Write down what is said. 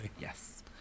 yes